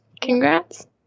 Congrats